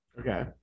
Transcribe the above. Okay